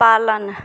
पालन